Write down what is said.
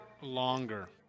Longer